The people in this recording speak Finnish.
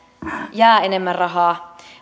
jää enemmän rahaa